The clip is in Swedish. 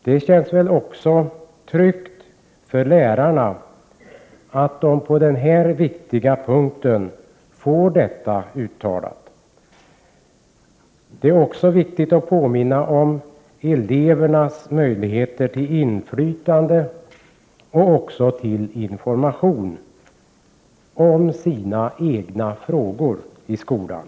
Det känns väl också tryggt för lärarna att de på den här viktiga punkten får detta uttalat. Det är också väsentligt att påminna om elevernas möjligheter till inflytande och information om sina egna frågor i skolan.